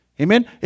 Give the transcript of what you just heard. Amen